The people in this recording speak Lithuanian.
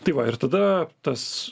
tai va ir tada tas